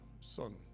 son